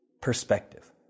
perspective